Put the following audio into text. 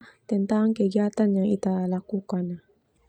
Tentang kegiatan yang ita lakukan.